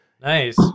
Nice